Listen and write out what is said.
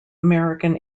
american